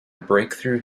breakthrough